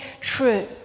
true